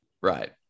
Right